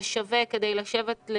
זה שווה כדי לשבת עם כולם,